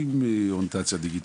שהם פחות עם אוריינטציה דיגיטלית,